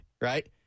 right